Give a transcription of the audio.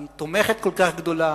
היא תומכת כל כך גדולה,